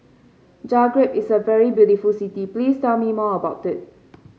Zagreb is a very beautiful city please tell me more about it